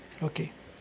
okay